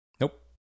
Nope